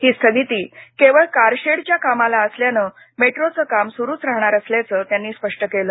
ही स्थगिती केवळ कारशेडच्या कामाला असल्यानं मेट्रोचं काम सुरुच राहणार असल्याचं त्यांनी स्पष्ट केलं